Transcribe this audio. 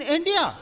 India